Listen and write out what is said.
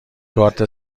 کارت